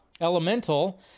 Elemental